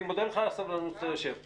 אני מודה לך על הסבלנות שאתה יושב פה,